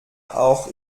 auch